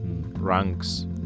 ranks